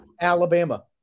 Alabama